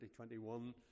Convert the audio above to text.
2021